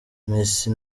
mesi